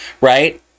right